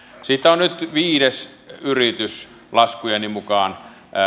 siitä on nyt viides yritys laskujeni mukaan